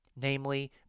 namely